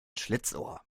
schlitzohr